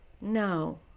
No